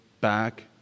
back